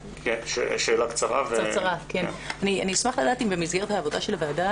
אשמח לדעת אם במסגרת העבודה של הוועדה